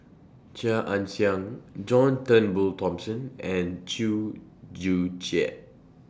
Chia Ann Siang John Turnbull Thomson and Chew Joo Chiat